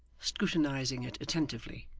scrutinising it attentively,